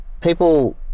people